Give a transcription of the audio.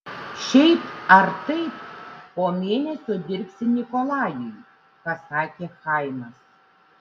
šiaip ar taip po mėnesio dirbsi nikolajui pasakė chaimas